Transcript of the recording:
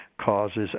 causes